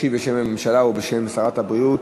ישיב בשם הממשלה ובשם שרת הבריאות